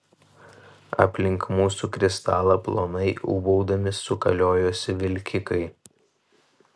aplink mūsų kristalą plonai ūbaudami sukaliojosi vilkikai